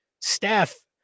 Steph